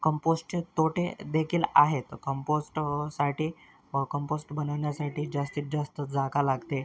कंपोश्टचे तोटेदेखील आहेत कंपोस्ट साठी व कंपोस्ट बनवण्यासाठी जास्तीत जास्त जागा लागते आहे